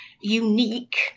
unique